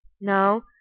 now